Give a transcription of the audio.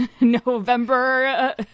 november